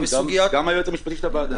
גם היועץ המשפטי של הוועדה.